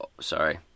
sorry